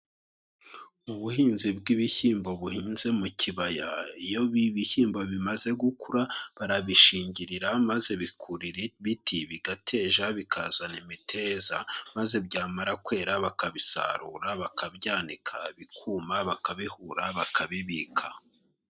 Ubuhinzi bw'ibishyimbo buhinze mu kibaya iyo ibishyimbo bimaze gukura barabishingirira maze bikurira ibiti bigaja bikazana imiteja maze byamara kwera bakabisarura bakabyanika bikuma bakabihura bakabibika.